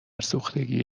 سوختگی